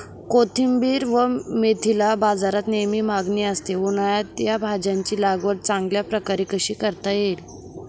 कोथिंबिर व मेथीला बाजारात नेहमी मागणी असते, उन्हाळ्यात या भाज्यांची लागवड चांगल्या प्रकारे कशी करता येईल?